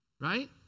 Right